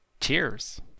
Cheers